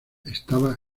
estaba